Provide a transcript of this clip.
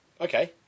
Okay